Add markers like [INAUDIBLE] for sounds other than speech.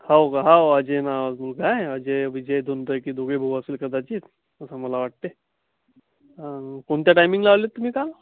हो का हो अजय नाव [UNINTELLIGIBLE] काय अजय विजय दोनपैकी दोघेही भाऊ असतील कदाचित असं मला वाटते कोणत्या टाइमिंगला आले तुम्ही काल